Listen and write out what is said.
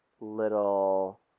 little